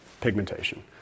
pigmentation